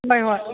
ꯍꯣꯏ ꯍꯣꯏ